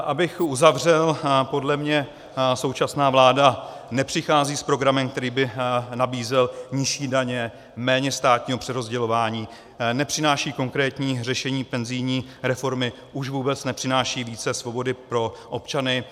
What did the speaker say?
Abych to uzavřel, podle mě současná vláda nepřichází s programem, který by nabízel nižší daně, méně státního přerozdělování, nepřináší konkrétní řešení penzijní reformy, už vůbec nepřináší více svobody pro občany.